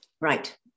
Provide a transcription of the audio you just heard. Right